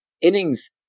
Innings